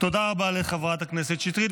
תודה רבה לחברת הכנסת שטרית.